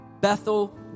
Bethel